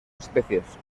especies